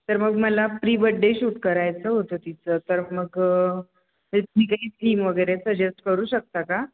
तर मग मला प्री बड्डे शूट करायचं होतं तिचं तर मग ती काही थीम वगैरे सजेस्ट करू शकता का